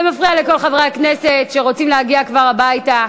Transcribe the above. זה מפריע לכל חברי הכנסת שרוצים להגיע כבר הביתה.